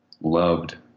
loved